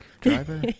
driver